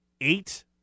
eight